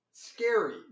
Scary